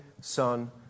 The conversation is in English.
Son